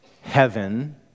heaven